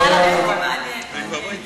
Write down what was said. מעניין, מעניין.